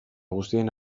guztien